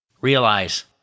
Realize